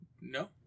No